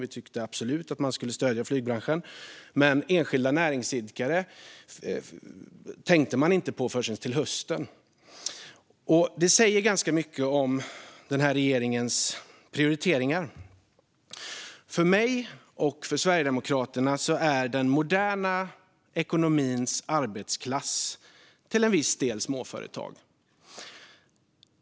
Vi tyckte absolut att man skulle stödja flygbranschen. Enskilda näringsidkare tänkte man dock inte på förrän till hösten, och det säger ganska mycket om den här regeringens prioriteringar. För mig och för Sverigedemokraterna är den moderna ekonomins arbetarklass till en viss del småföretag.